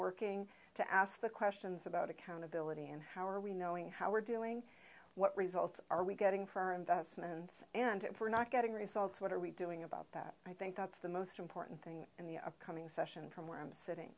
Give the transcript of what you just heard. working to ask the questions about accountability and how are we knowing how we're doing what results are we getting for our investments and if we're not getting results what are we doing about that i think that's the most important thing in the upcoming session from where i'm sitting